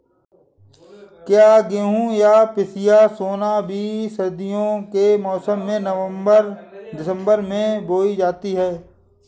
क्या गेहूँ या पिसिया सोना बीज सर्दियों के मौसम में नवम्बर दिसम्बर में बोई जाती है?